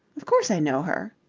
of course i know her.